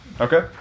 Okay